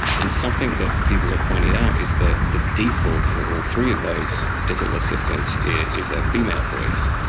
and something that people have pointed out is that the default for all three of those digital assistants is a female voice.